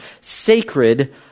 sacred